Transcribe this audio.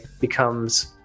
becomes